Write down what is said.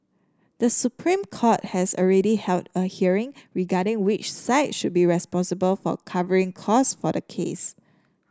the Supreme Court has already held a hearing regarding which side should be responsible for covering costs for the case